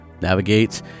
navigate